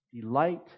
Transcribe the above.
delight